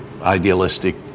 idealistic